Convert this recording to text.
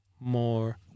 More